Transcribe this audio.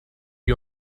you